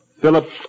Philip